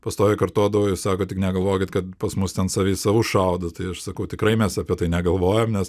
pastoviai kartodavo jie sako tik negalvokit kad pas mus ten savi į savus šaudo tai aš sakau tikrai mes apie tai negalvojam nes